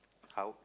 how